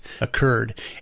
occurred